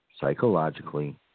psychologically